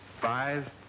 Five